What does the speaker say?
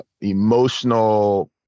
emotional